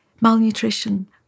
Malnutrition